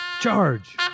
charge